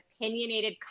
opinionated